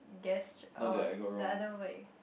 gest~ oh the other way